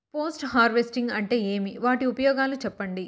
Post harvesting అంటే ఏమి? వాటి ఉపయోగాలు చెప్పండి?